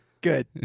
good